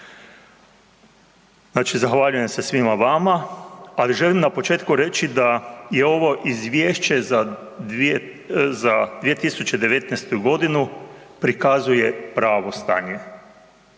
Znači zahvaljujem se svima vama ali želim na početku reći da ovo izvješće za 2019. g. prikazuje pravo stanje,